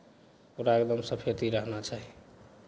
पूरा एकदम सफैती रहना चाही